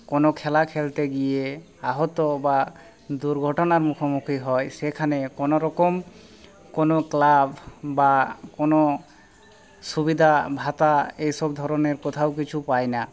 কোনো খেলা খেলতে গিয়ে আহত বা দুর্ঘটনার মুখোমুখি হয় সেখানে কোনো রকম কোনো ক্লাব বা কোনো সুবিধা ভাতা এই সব ধরণের কোথাও কিছু পায় না